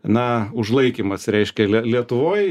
na užlaikymas reiškia lietuvoj